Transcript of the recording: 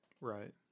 Right